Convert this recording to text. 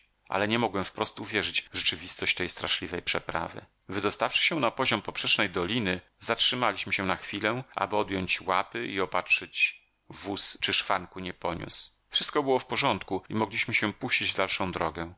ale nie mogłem wprost uwierzyć w rzeczywistość tej straszliwej przeprawy wydostawszy się na poziom poprzecznej doliny zatrzyliśmyzatrzymaliśmy się na chwilę aby odjąć łapy i opatrzyć wóz czy szwanku nie poniósł wszystko było w porządku i mogliśmy się puścić w dalszą drogę